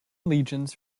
legions